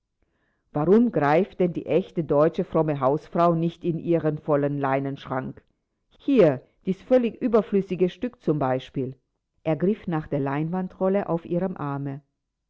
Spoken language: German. warum greift denn die echte deutsche fromme hausfrau nicht in ihren vollen leinenschrank hier dies völlig überflüssige stück zum beispiel er griff nach der leinwandrolle auf ihrem arme